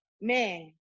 man